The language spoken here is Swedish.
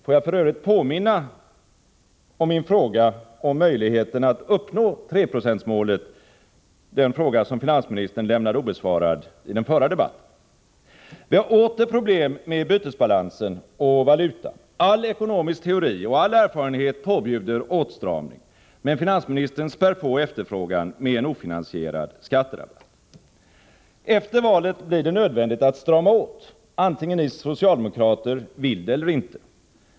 Får jag för övrigt påminna om min fråga om möjligheten att uppnå 3-procentsmålet, den fråga som finansministern lämnade obesvarad i den förra debatten. Vi har åter problem med bytesbalansen och vår valuta. All ekonomisk teori och all erfarenhet påbjuder åtstramning, men finansministern späder på efterfrågan med en ofinansierad skatterabatt. Efter valet blir det nödvändigt att strama åt, vare sig ni socialdemokrater vill det eller inte.